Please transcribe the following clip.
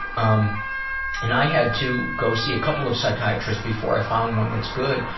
um and i had to go see a couple of psychiatrists before i found one that's good.